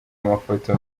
amafoto